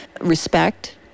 respect